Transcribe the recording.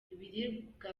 ibiribwa